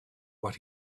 what